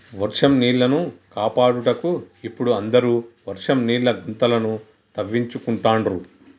వర్షం నీళ్లను కాపాడుటకు ఇపుడు అందరు వర్షం నీళ్ల గుంతలను తవ్వించుకుంటాండ్రు